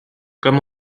comme